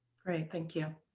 great. thank you.